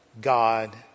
God